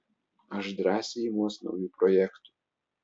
aš drąsiai imuos naujų projektų